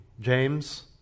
James